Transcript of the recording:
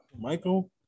Michael